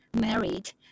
married